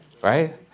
Right